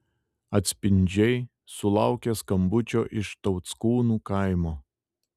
atspindžiai sulaukė skambučio iš tauckūnų kaimo